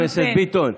חבר הכנסת ביטון,